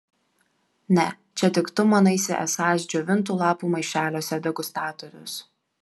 ne čia tik tu manaisi esąs džiovintų lapų maišeliuose degustatorius